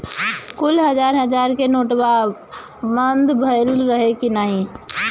कुल हजार हजार के नोट्वा बंद भए रहल की नाही